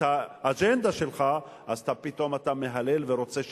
האג'נדה שלך אתה פתאום מהלל ורוצה שיתמכו.